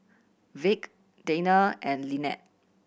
Vick Dana and Linette